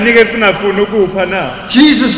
Jesus